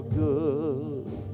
good